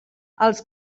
els